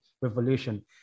revolution